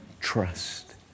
trust